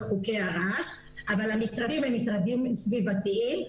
חוקי הרעש אבל המטרדים הם מטרדים סביבתיים.